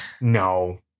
No